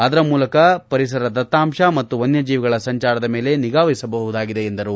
ಅದರ ಮೂಲಕ ಪರಿಸರ ದತ್ತಾಂತ ಮತ್ತು ವನ್ಲಜೀವಿಗಳನ್ನು ಸಂಚಾರದ ಮೇಲೆ ನಿಗಾವಹಿಸಬಹುದಾಗಿದೆ ಎಂದರು